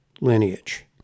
lineage